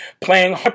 playing